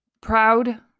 proud